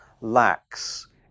lacks